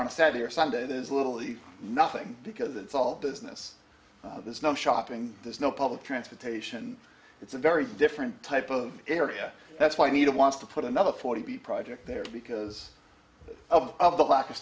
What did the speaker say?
a saturday or sunday there's little the nothing because it's all business there's no shopping there's no public transportation it's a very different type of area that's why i need to wants to put another forty project there because of of the lack of